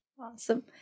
Awesome